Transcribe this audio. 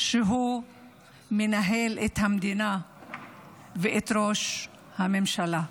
שהוא מנהל את המדינה ואת ראש הממשלה.